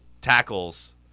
tackles